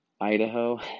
Idaho